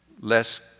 less